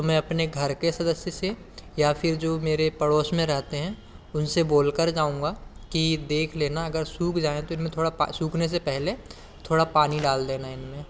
तो मैं अपने घर के सदस्य से या फिर जो मेरे पड़ोस में रहते हैं उनसे बोल कर जाऊँगा कि देख लेना अगर सूख जाऍं तो इनमें थोड़ा पा सूखने से पहले थोड़ा पानी डाल देना इनमें